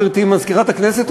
גברתי מזכירת הכנסת,